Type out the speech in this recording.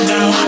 Now